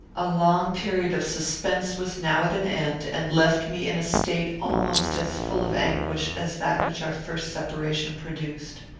a long period of suspense was now at an end, and left me in a state almost as full of anguish as that which our first separation produced.